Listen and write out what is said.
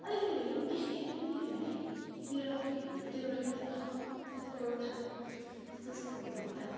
अलिकति भए पनि बेसी होइन अलिकति भए पनि क्लियर अफ ग्रोथ हुँदै गरेको मैले आफू आफू एक्सेप्ट गर्नु थालेँ त्यस त्यस्तो हुँदा हुँदा